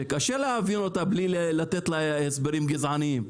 שקשה להעביר אותה מבלי לתת לה הסברים גזעניים.